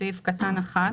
"סעיף 7(א)(1)"